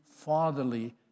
fatherly